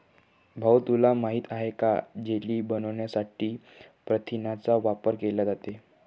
भाऊ तुला माहित आहे का जेली बनवण्यासाठी प्रथिनांचा वापर केला जातो